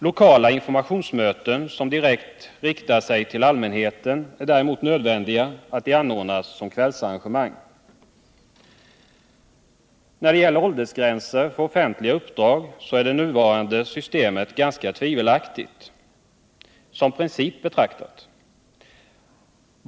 Lokala informationsmöten, som direkt riktar sig till allmänheten, måste däremot anordnas som kvällsarrangemang. När det gäller åldersgränser för offentliga uppdrag är det nuvarande systemet ganska tvivelaktigt, som princip betraktat.